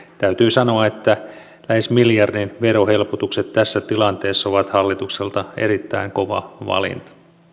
täytyy sanoa että lähes miljardin verohelpotukset tässä tilanteessa ovat hallitukselta erittäin kova valinta